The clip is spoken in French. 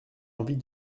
envie